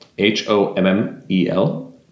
h-o-m-m-e-l